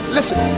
Listen